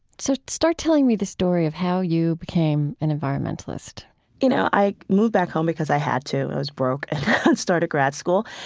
so, start telling me the story of how you became an environmentalist you know, i moved back home because i had to, i was broke, and i started grad school.